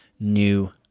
new